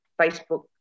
Facebook